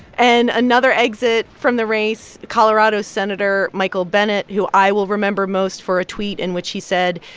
and another exit from the race colorado senator michael bennet, who i will remember most for a tweet in which he said,